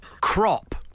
Crop